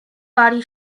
body